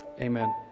amen